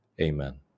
amen